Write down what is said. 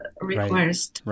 requires